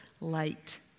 light